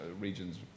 regions